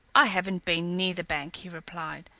i haven't been near the bank, he replied.